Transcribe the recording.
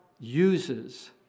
uses